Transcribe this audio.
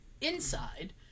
inside